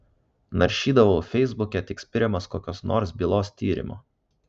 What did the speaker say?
naršydavau feisbuke tik spiriamas kokios nors bylos tyrimo